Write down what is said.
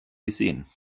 gesehen